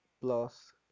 plus